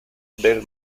del